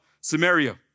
Samaria